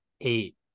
eight